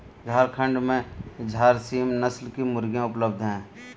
झारखण्ड में झारसीम नस्ल की मुर्गियाँ उपलब्ध है